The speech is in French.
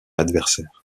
adversaire